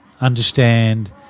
understand